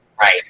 Right